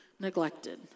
neglected